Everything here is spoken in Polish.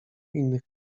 innych